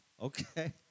Okay